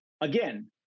Again